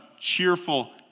cheerful